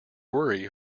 worry